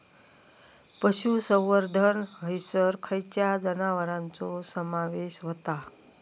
पशुसंवर्धन हैसर खैयच्या जनावरांचो समावेश व्हता?